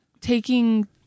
taking